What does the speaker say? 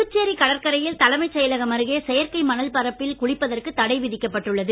புதுச்சேரி கடற்கரையில் தலைமைச் செயலகம் அருகே செயற்கை மணல்பரப்பில் குளிப்பதற்கு தடை விதிக்கப்பட்டுள்ளது